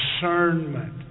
discernment